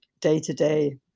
day-to-day